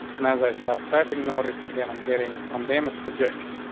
and as i start typing notice again, i'm getting from damage suggestion.